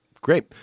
Great